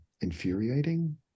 infuriating